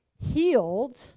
Healed